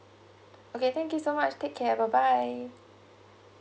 okay thank you so much take care bye bye